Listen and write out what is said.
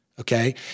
okay